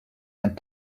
and